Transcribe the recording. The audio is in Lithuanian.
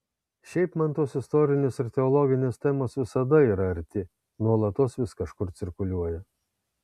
šiaip man tos istorinės ir teologinės temos visada yra arti nuolatos vis kažkur cirkuliuoja